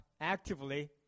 actively